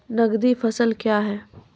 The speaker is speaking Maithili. नगदी फसल क्या हैं?